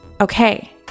Okay